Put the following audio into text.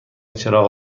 چراغ